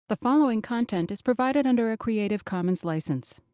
the following content is provided under a creative commons license.